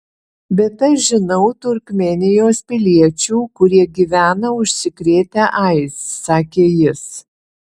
bet aš žinau turkmėnijos piliečių kurie gyvena užsikrėtę aids sakė jis